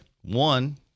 One